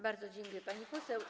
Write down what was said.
Bardzo dziękuję, pani poseł.